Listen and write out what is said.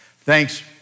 Thanks